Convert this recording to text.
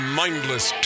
mindless